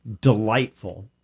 delightful